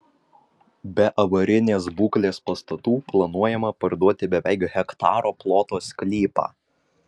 be avarinės būklės pastatų planuojama parduoti beveik hektaro ploto sklypą